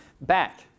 back